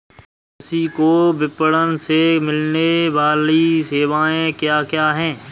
कृषि को विपणन से मिलने वाली सेवाएँ क्या क्या है